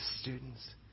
students